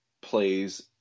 plays